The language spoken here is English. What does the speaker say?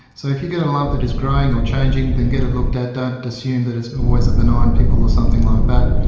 so if you get a lump that is growing or changing then get it looked at, don't assume that it's always a benign pimple or something like that.